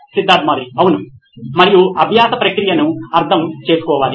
Siddharth Maturi CEO నోయిన్ electronics అవును మరియు అభ్యాస ప్రక్రియను అర్థం చేసుకోవాలి